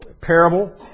parable